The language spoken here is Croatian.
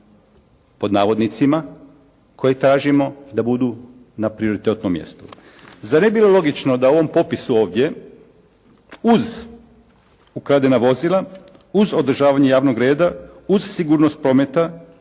pod navodnicima koje tražimo da budu na prioritetnom mjestu. Zar ne bi bilo logično da ovom popisu ovdje uz ukradena vozila, uz održavanje javnog reda, uz sigurnost prometa,